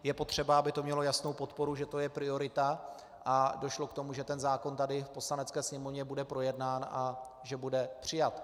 Je potřeba, aby to mělo jasnou podporu, že to je priorita, a aby došlo k tomu, že ten zákon tady v Poslanecké sněmovně bude projednán a že bude přijat.